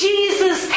Jesus